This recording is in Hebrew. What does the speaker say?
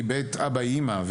כי בית אבא ואמא,